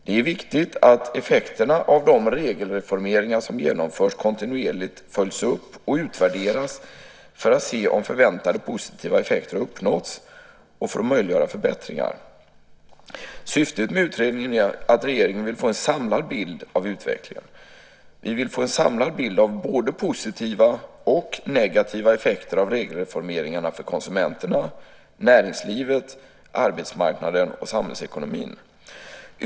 Det är viktigt att effekterna av de regelreformeringar som genomförs kontinuerligt följs upp och utvärderas för att se om förväntade positiva effekter har uppnåtts och för att möjliggöra förbättringar. Syftet med utredningen är att regeringen vill få en samlad bild av utvecklingen. Vi vill få en samlad bild av både positiva och negativa effekter av regelreformeringarna för konsumenterna, näringslivet, arbetsmarknaden och samhällsekonomin.